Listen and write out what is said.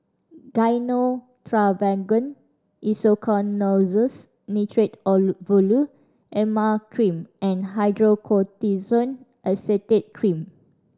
Gyno Travogen Isoconazoles Nitrate Ovule Emla Cream and Hydrocortisone Acetate Cream